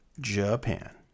Japan